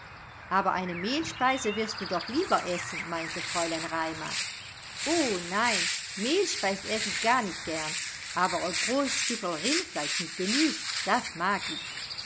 aber eine mehlspeise wirst du doch lieber essen meinte fräulein raimar o nein mehlspeis eß i gar nit gern aber a groß stückerl rindfleisch mit gemüs das mag